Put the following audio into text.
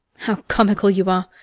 how comical you are!